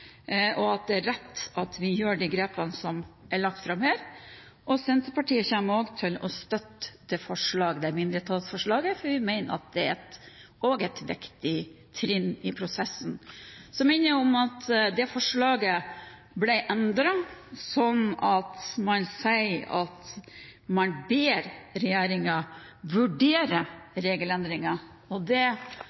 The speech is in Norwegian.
og at det er rett at vi gjør de grepene som er lagt fram her. Senterpartiet kommer til å støtte mindretallsforslaget, for vi mener at også det er et viktig trinn i prosessen. Jeg minner om at forslaget ble endret slik at man sier at man «ber regjeringen vurdere regelendringer».